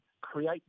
create